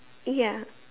ya